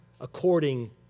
according